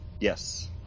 Yes